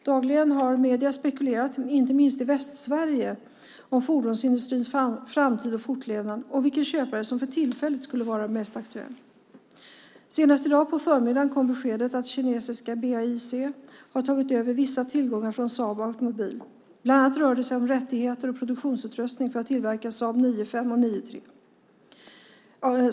Dagligen har medierna, inte minst i Västsverige, spekulerat kring fordonsindustrins framtida fortlevnad och kring vilken köpare som för tillfället är mest aktuell. Senast i dag på förmiddagen kom beskedet att kinesiska BAIC har tagit över vissa tillgångar från Saab Automobile. Bland annat rör det sig om rättigheter och produktionsutrustning för att tillverka Saab 9-5 och Saab 9-3.